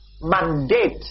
mandate